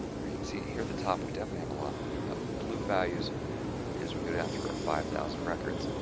or you can see here at the top we definitely have a lot of blue values as we go down through our five thousand records,